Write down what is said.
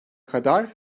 kadar